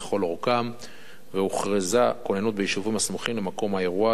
אורכם והוכרזה כוננות ביישובים הסמוכים למקום האירוע.